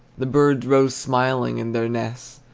the birds rose smiling in their nests,